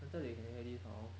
whether they can hear it hor